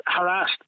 harassed